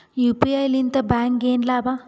UPI ಲಿಂದ ಬ್ಯಾಂಕ್ಗೆ ಏನ್ ಲಾಭ?